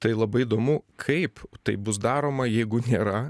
tai labai įdomu kaip tai bus daroma jeigu nėra